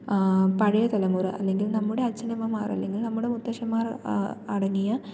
പഴയ തലമുറ അല്ലെങ്കിൽ നമ്മുടെ അച്ഛനമ്മമാരല്ലെങ്കിൽ നമ്മുടെ മുത്തശ്ശന്മാർ അടങ്ങിയ